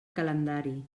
calendari